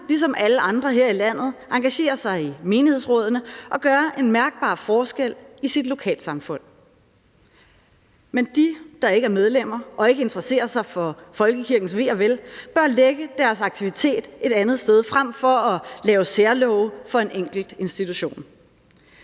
ligesom alle andre her i landet, engagere sig i menighedsrådene og gøre en mærkbar forskel i sit lokalsamfund. Men de, der ikke er medlemmer og ikke interesserer sig for folkekirkens ve og vel, bør lægge deres aktivitet et andet sted, frem for at lave særlove for en enkelt institution.